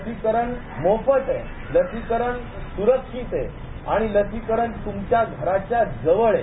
लसिकरण मोफत आहे लसिकरण सुरक्षित आहे आनि लसिकर तुमच्या घराच्या जवळ आहे